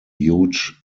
huge